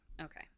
Okay